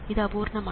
ഇത് അപൂർണ്ണമാണ്